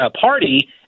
party